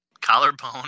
collarbone